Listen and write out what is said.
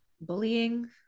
Bullying